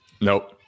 Nope